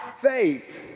faith